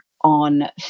on